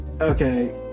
Okay